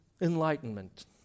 enlightenment